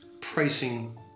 pricing